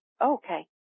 Okay